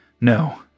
No